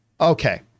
Okay